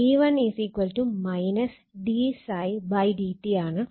E1 d Ѱ dt ആണ്